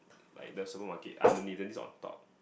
like the supermarket underneath then this is on top